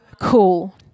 cool